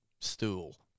stool